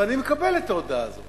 ואני מקבל את ההודעה הזאת,